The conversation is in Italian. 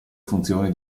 funzioni